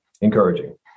encouraging